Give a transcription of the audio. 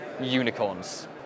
unicorns